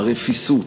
הרפיסות,